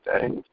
today